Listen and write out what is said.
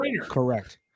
Correct